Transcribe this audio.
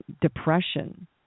depression